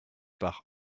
par